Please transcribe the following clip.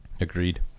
Agreed